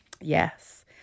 Yes